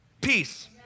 peace